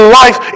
life